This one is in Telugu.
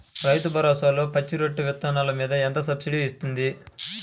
రైతు భరోసాలో పచ్చి రొట్టె విత్తనాలు మీద ఎంత సబ్సిడీ ఇస్తుంది?